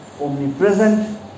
omnipresent